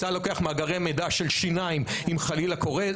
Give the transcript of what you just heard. צה"ל לוקח מאגרי מידע של שיניים, אם חלילה קורה.